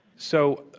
so,